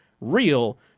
real